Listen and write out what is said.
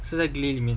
是在 glee 里面